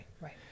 Right